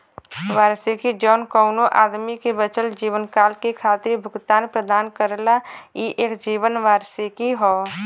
वार्षिकी जौन कउनो आदमी के बचल जीवनकाल के खातिर भुगतान प्रदान करला ई एक जीवन वार्षिकी हौ